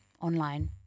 online